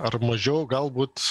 ar mažiau galbūt